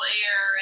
air